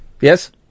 Yes